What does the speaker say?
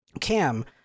Cam